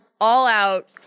all-out